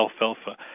alfalfa